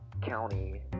county